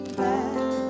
back